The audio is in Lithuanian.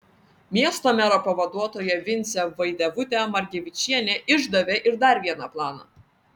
miesto mero pavaduotoja vincė vaidevutė margevičienė išdavė ir dar vieną planą